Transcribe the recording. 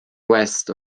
west